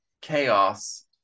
chaos